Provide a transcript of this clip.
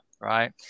right